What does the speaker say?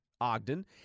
Ogden